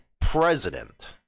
president